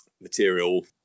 material